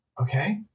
Okay